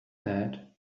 that